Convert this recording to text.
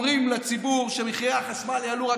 אומרים לציבור שמחירי החשמל יעלו רק